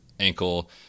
ankle